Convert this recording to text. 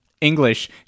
English